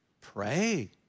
Pray